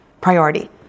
priority